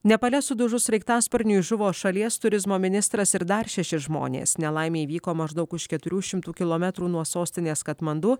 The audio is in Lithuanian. nepale sudužus sraigtasparniui žuvo šalies turizmo ministras ir dar šeši žmonės nelaimė įvyko maždaug už keturių šimtų kilometrų nuo sostinės katmandu